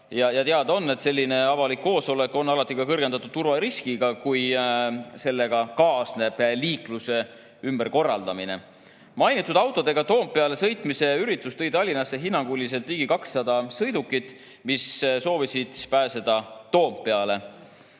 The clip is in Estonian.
Ja teada on, et selline avalik koosolek on alati ka kõrgendatud turvariskiga, kui sellega kaasneb liikluse ümberkorraldamine. Mainitud autodega Toompeale sõitmise üritus tõi Tallinnasse hinnanguliselt ligi 200 sõidukit, mis soovisid pääseda Toompeale.